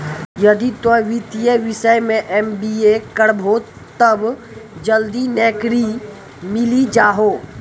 यदि तोय वित्तीय विषय मे एम.बी.ए करभो तब जल्दी नैकरी मिल जाहो